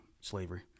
slavery